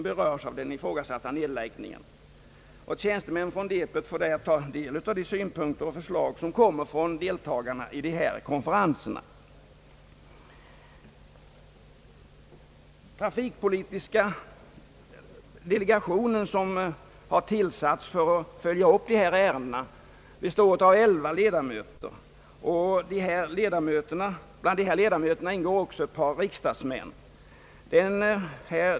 Tjänstemän från departementet får vid sammanträdet ta del av de synpunkter man har att anföra. Trafikpolitiska delegationen har tillsatts för att följa upp dessa ärenden. Den har elva ledamöter, bland dem ett par riksdagsmän.